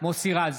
מוסי רז,